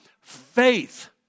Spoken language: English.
faith